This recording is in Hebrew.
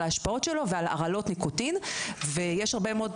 על ההשפעות שלו ועל הרעלות ניקוטין ,ויש הרבה מאוד